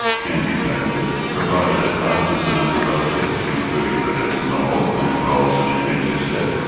can be patented provided it passes a number of other tests, including that it's novel and involves an inventive step.